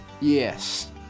Yes